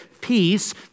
peace